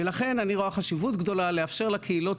לכן אני רואה חשיבות גדולה לאפשר לקהילות